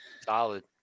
solid